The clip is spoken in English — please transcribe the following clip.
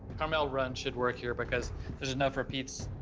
carmel run should work here because there's enough repeats.